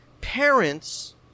parents